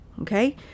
Okay